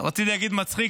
רציתי להגיד "מצחיק",